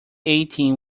eighteen